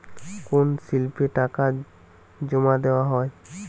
কোন স্লিপে টাকা জমাদেওয়া হয়?